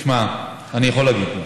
אני יכול להגיד.